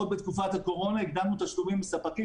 עוד בתקופת הקורונה הקדמנו תשלומים לספקים,